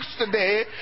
today